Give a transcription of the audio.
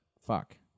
fuck